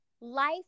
life